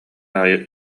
аайы